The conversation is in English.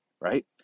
right